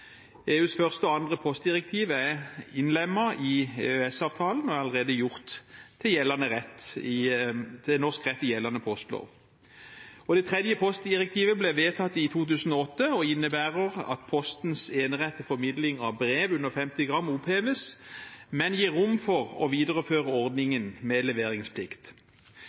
EUs første og andre postdirektiv er innlemmet i EØS-avtalen og er allerede gjort til norsk rett i gjeldende postlov. Det tredje postdirektivet ble vedtatt i 2008 og innebærer at Postens enerett til formidling av brev under 50 gram oppheves, men gir rom for å videreføre ordningen med leveringsplikt.